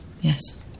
yes